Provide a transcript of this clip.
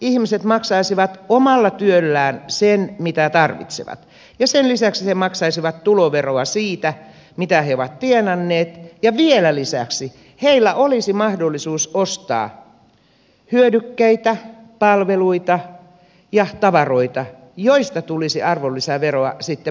ihmiset maksaisivat omalla työllään sen mitä tarvitsevat ja sen lisäksi he maksaisivat tuloveroa siitä mitä he ovat tienanneet ja vielä lisäksi heillä olisi mahdollisuus ostaa hyödykkeitä palveluita ja tavaroita joista tulisi arvonlisäveroa sitten valtion kassaan